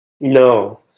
no